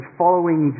following